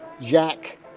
Jack